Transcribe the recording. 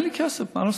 אין לי כסף, מה לעשות?